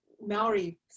Maori